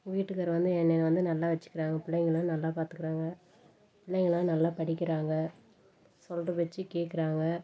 வீட்டுக்கார் வந்து என்னை வந்து நல்லா வச்சிக்கிறாங்க பிள்ளைகளும் நல்லா பார்த்துக்குறாங்க பிள்ளைங்க எல்லாம் நல்லா படிக்கிறாங்க சொல்கிற பேச்சு கேட்குறாங்க